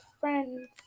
friends